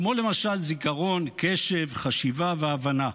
כמו למשל זיכרון, קשב, חשיבה והבנה.